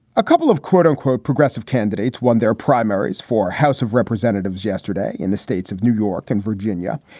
a couple of quote unquote, progressive candidates won their primaries for house of representatives yesterday in the states of new york and virginia.